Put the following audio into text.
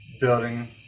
building